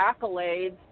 accolades